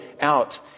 out